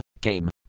came